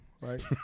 right